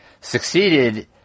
succeeded